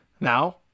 Now